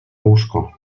łóżko